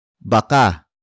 Baka